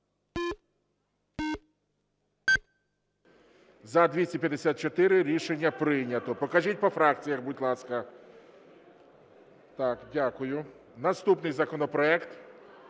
За-254 Рішення прийнято. Покажіть по фракціях, будь ласка. Дякую. Наступний законопроект